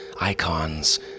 icons